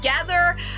together